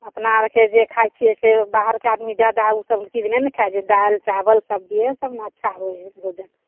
अपना आओरके जे खाइ छिए से बाहरके आदमी ज्यादा ओसब चीज नहि ने खाइ छै दालि चावल सब्जिएसब ने अच्छा होइ हइ भोजन